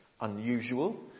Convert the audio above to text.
unusual